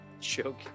Joking